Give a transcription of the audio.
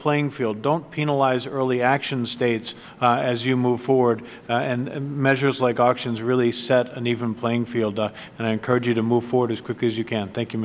playing field don't penalize early action states as you move forward and measures like auctions really set an even playing field and i encourage you to move forward as quickly as you can thank